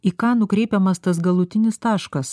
į ką nukreipiamas tas galutinis taškas